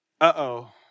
uh-oh